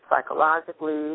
psychologically